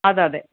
അതെയതെ